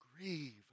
grieve